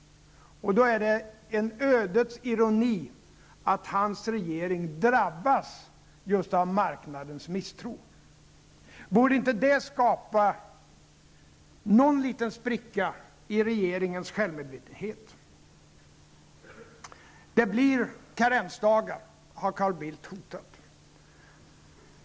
Då är det en ödets ironi att hans regering just drabbas av marknadens misstro. Borde inte detta skapa någon liten spricka i regeringens själmedvetenhet? Det blir karensdagar, har Carl Bildt hotat.